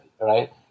right